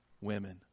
women